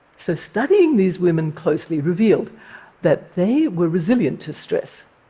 so studying these women closely revealed that they were resilient to stress.